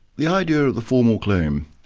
the idea of the formal claim,